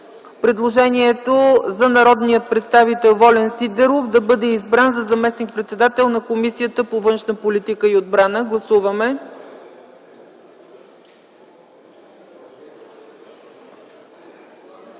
предложението народният представител Волен Сидеров да бъде избран за заместник-председател на Комисията по външна политика и отбрана. Гласували